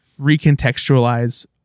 recontextualize